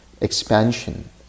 expansion